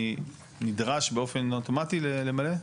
אני נדרש באופן אוטומטי למלא?